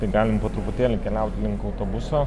tai galim po truputėlį keliaut link autobuso